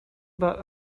about